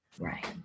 right